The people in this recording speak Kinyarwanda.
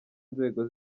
nzego